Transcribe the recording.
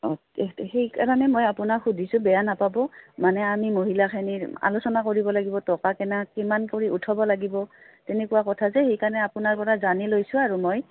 অঁ সেইকাৰণে মই আপোনাক সুধিছোঁ বেয়া নাপাব মানে আমি মহিলাখিনিৰ আলোচনা কৰিব লাগিব টকাকিনা কিমান কৰি উঠাব লাগিব তেনেকুৱা কথা যে সেইকাৰণে আপোনাৰ পৰা জানি লৈছোঁ আৰু মই